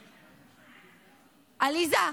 עליזה,